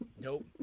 nope